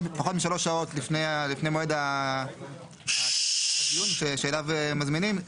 משלוש שעות לפני מועד הדיון שאליו מזמינים,